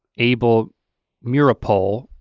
abel meeropol,